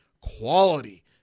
quality